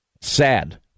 Sad